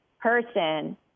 person